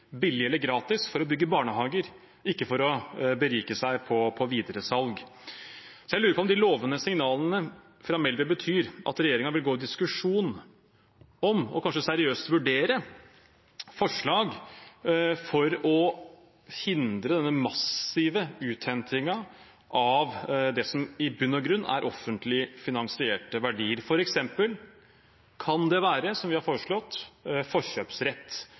billig eller gratis for å bygge barnehager, ikke for å berike seg på videresalg. Jeg lurer på om de lovende signalene fra Melby betyr at regjeringen vil gå i diskusjon om – og kanskje seriøst vurdere – forslag for å hindre denne massive uthentingen av det som i bunn og grunn er offentlig finansierte verdier. For eksempel kan det være, som vi har foreslått, forkjøpsrett